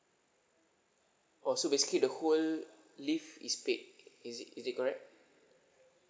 oh so basically the whole leave is paid is it is it correct